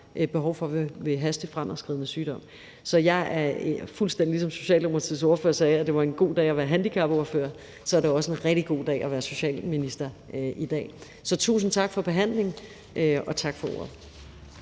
behov for ved hastigt fremadskridende sygdom. Ligesom Socialdemokratiets ordfører sagde, at det var en god dag at være handicapordfører, så er det også en rigtig god dag at være socialminister i dag. Så tusind tak for behandlingen, og tak for ordet.